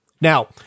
Now